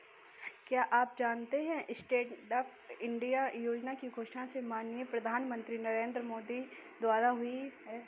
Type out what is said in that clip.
क्या आप जानते है स्टैंडअप इंडिया योजना की घोषणा माननीय प्रधानमंत्री नरेंद्र मोदी द्वारा हुई?